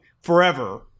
forever